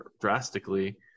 drastically